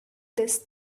this